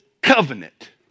covenant